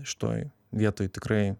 šitoj vietoj tikrai